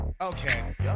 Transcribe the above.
Okay